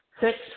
Six